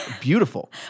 beautiful